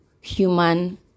human